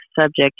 subject